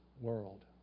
world